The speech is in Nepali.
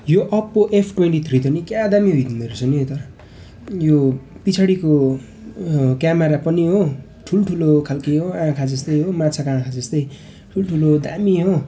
यो ओप्पो एफ ट्वेन्टी थ्री त निकै आ दामी निक्लेको रहेछ नि यो त यो पछाडिको क्यामरा पनि हो ठुल्ठुलो खालके हो आँखा जस्तै हो माछाको आँखा जस्तै ठुल्ठुलो दामी हो